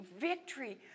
victory